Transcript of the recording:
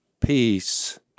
peace